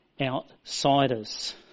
outsiders